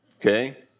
okay